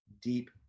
deep